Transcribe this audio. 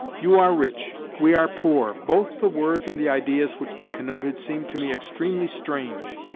you are rich, we are poor both the words and the ideas which they connoted seemed to me extremely strange.